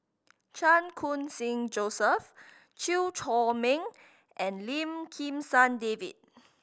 Chan Khun Sing Joseph Chew Chor Meng and Lim Kim San David